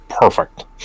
perfect